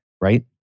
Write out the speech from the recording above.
right